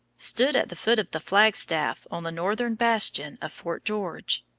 stood at the foot of the flagstaff on the northern bastion of fort george.